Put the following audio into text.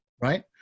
right